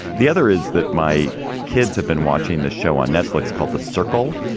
the other is that my kids have been watching the show on netflix called the circle,